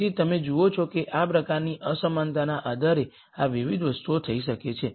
તેથી તમે જુઓ છો કે કયા પ્રકારની અસમાનતાના આધારે આ વિવિધ વસ્તુઓ થઈ શકે છે